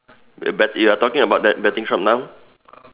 bet you're talking about bet betting shop now